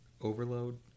Overload